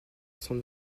son